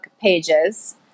pages